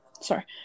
sorry